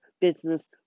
business